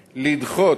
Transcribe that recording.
לדחות,